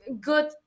good